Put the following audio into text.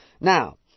Now